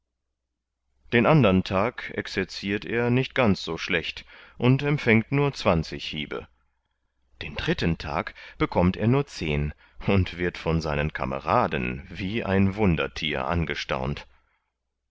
den andern tag exercirt er nicht ganz so schlecht und empfängt nur zwanzig hiebe den dritten tag bekommt er nur zehn und wird von seinen kameraden wie ein wunderthier angestaunt